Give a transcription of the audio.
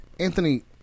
Anthony